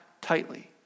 tightly